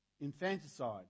infanticide